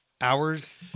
Hours